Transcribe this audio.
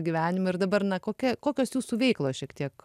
gyvenimą ir dabar na kokia kokios jūsų veiklos šiek tiek